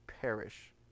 perish